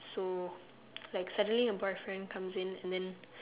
so like suddenly her boyfriend comes in and then